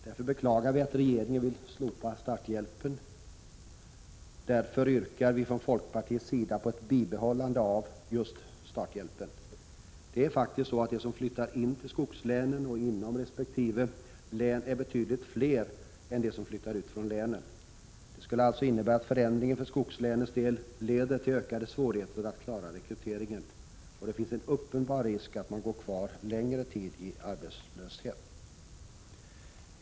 Därför beklagar vi att regeringen vill slopa starthjälpen, och därför yrkar vi från folkpartiets sida på ett bibehållande av just starthjälpen. Det är faktiskt så att de som flyttar in till skogslänen och flyttar inom resp. län är betydligt fler än de som flyttar ut från länen. Förändringen för skogslänens del skulle alltså leda till ökade svårigheter att klara rekryteringen. Det finns en uppenbar risk att man går kvar en längre tid i arbetslöshet.